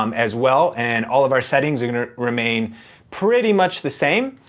um as well, and all of our settings are gonna remain pretty much the same.